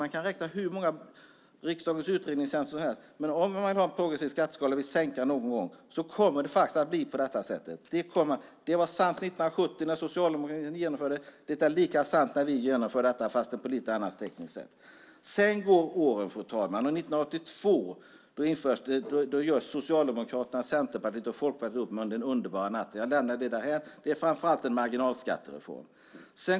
Man kan be riksdagens utredningstjänst att räkna hur många gånger som helst - vill man ha en progressiv skatteskala och någon gång sänka skatten så kommer det faktiskt att bli på detta sätt. Det var sant 1970 när Socialdemokraterna genomförde sin reform. Det är lika sant när vi nu genomför denna reform, fast vi rent tekniskt gör det på ett annat sätt. Sedan går åren, och 1982 gör Socialdemokraterna, Centerpartiet och Folkpartiet upp den underbara natten. Jag lämnar det därhän. Det var framför allt en marginalskattereform.